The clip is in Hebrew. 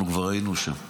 אנחנו כבר היינו שם.